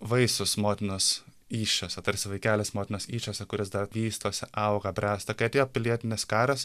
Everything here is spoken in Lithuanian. vaisius motinos įsčiose tarsi vaikelis motinos įsčiose kuris dar vystosi auga bręsta kai atėjo pilietinis karas